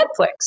Netflix